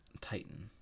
Titan